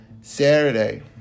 Saturday